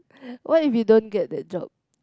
what if you don't get the job